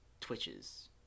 twitches